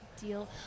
deal